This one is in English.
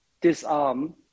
disarm